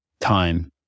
time